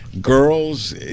girls